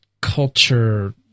culture